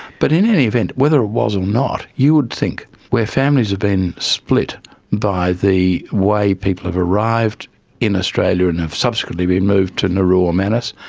but in any event, whether it was or not, you would think where families have been split by the way people have arrived in australia and have subsequently been moved to nauru or manus,